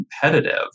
competitive